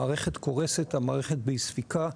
המערכת קורסת, המערכת באי ספיקה,